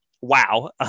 Wow